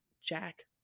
Jack